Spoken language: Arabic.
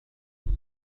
قلت